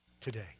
today